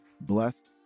Blessed